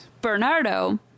Bernardo